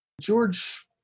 George